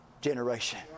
generation